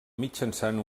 mitjançant